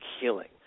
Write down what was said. healing